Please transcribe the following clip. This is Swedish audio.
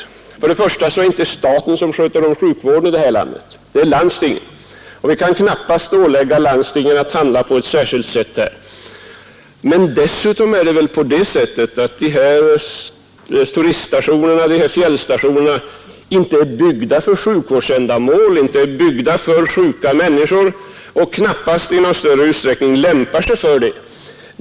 Till att börja med är det inte staten som sköter om sjukvården i det här landet, utan det är landstingen. Vi kan knappast ålägga landstingen att handla på ett särskilt sätt. Dessutom är de här fjällstationerna och turiststationerna inte byggda för sjuka människor. De är inte byggda för sjukvårdsändamål och lämpar sig inte i någon större utsträckning för det.